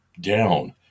down